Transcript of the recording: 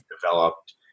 developed